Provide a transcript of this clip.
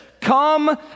come